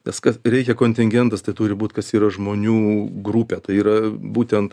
nes kad reikia kontingentas tai turi būt kas yra žmonių grupė tai yra būtent